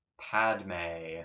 Padme